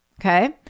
okay